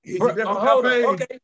Okay